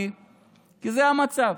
כי זה המצב.